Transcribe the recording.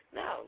no